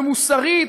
ומוסרית,